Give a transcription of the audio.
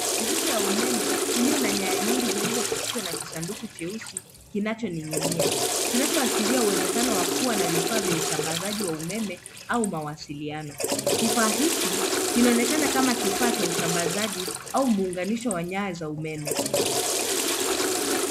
Nguzo ya umeme iliyo na nyaya nyingi zilizoitishwa na kisanduku jeusi kinachoning'inia kinachoashiria uwezekano wa kua na vifaa vya usambasaji wa umeme au mawasiliano. Kifaa hiki kinaonekana kama kifaa cha usambasaji au muunganisho wa nyaya za umeme.